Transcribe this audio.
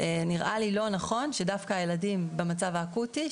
נראה לי לא נכון שדווקא הילדים במצב האקוטי,